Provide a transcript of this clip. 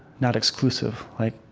not-exclusive. like